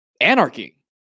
anarchy